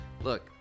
Look